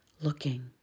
looking